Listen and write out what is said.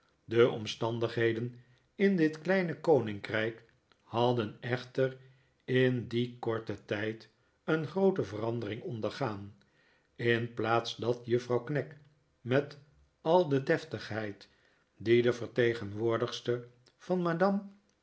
de omstandigheden in dit kleine koninkrijk hadden echter in dien korten tijd een groote verandering ondergaan in plaats dat juffrouw knag met al de deftigheid die de vertegenwoordigster van madame